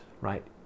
right